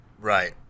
Right